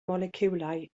moleciwlau